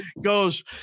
goes